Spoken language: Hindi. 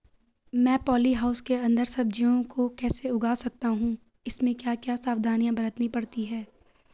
मैं पॉली हाउस के अन्दर सब्जियों को कैसे उगा सकता हूँ इसमें क्या क्या सावधानियाँ बरतनी पड़ती है?